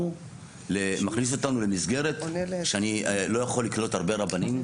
מכניס אותנו למסגרת שאני לא יכול לקלוט הרבה רבנים.